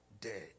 dead